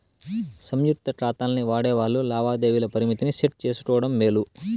సంయుక్త కాతాల్ని వాడేవాల్లు లావాదేవీల పరిమితిని సెట్ చేసుకోవడం మేలు